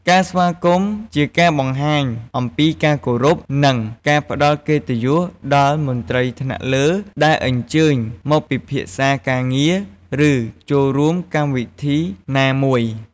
ការស្វាគមន៍ជាការបង្ហាញអំពីការគោរព និងការផ្តល់កិត្តិយសដល់មន្ត្រីថ្នាក់លើដែលអញ្ជើញមកពិភាក្សាការងារ ឬចូលរួមកម្មវិធីណាមួយ។